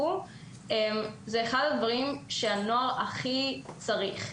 זה אחד הדברים שהנוער הכי צריך.